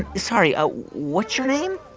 sorry. ah what's your name?